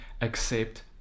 accept